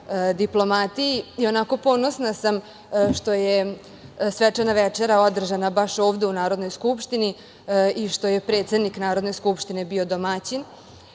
diplomatiji. Ponosna sam što je svečana večera održana baš ovde u Narodnoj skupštini i što je predsednik Narodne skupštine bio domaćin.